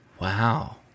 Wow